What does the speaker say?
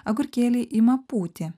agurkėliai ima pūti